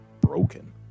broken